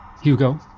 hugo